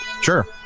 Sure